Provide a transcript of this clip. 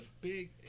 big